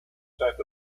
type